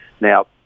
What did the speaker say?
Now